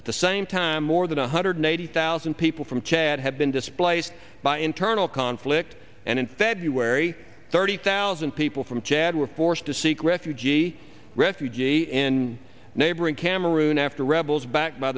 at the same time more than one hundred eighty thousand people from chad have been displaced by internal conflict and in february thirty thousand people from chad were forced to seek refugee refugee in neighboring cameroon after rebels backed by